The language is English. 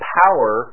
power